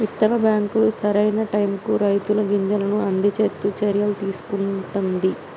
విత్తన బ్యాంకులు సరి అయిన టైముకు రైతులకు గింజలను అందిచేట్టు చర్యలు తీసుకుంటున్ది